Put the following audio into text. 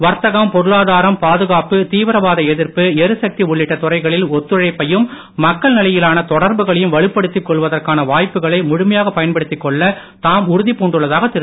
வர்த்தகம் பொருளாதாரம் பாதுகாப்பு தீவிரவாத எதிர்ப்பு எரிசக்தி உள்ளிட்ட துறைகளில் ஒத்துழைப்பையும் மக்கள் நிலையிலான தொடர்புகளையும் வலுப்படுத்திக் கொள்வதற்கான வாய்ப்புகளை முழுமையாக பயன்படுத்திக் கொள்ள தாம் உறுதி பூண்டுள்ளதாக திரு